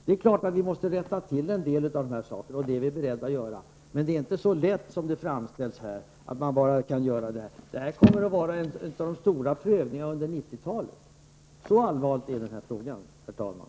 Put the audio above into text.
Det är klart att vi måste rätta till en del av dessa saker, och det är vi beredda att göra, men det är inte så lätt som det framställs här. Detta kommer att vara en av de stora prövningarna under 90-talet. Så allvarlig är den här frågan, herr talman.